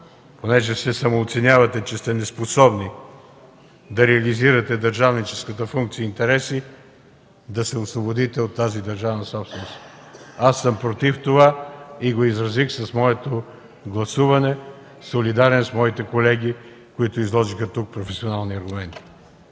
понеже се самооценявате, че сте неспособни да реализирате държавническата функция и интереси, да се освободите от тази държавна собственост. Аз съм против това и го изразих с моето гласуване, солидарен с колегите ми, които изложиха тук професионални аргументи.